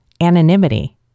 Anonymity